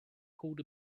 pulled